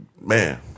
Man